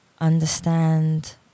understand